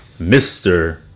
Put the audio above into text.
Mr